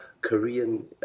Korean